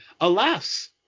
Alas